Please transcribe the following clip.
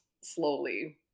slowly